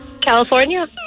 California